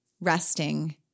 resting